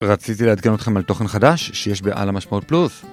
רציתי לעדכן אתכם על תוכן חדש שיש בעל המשמעות פלוס